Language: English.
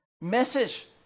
message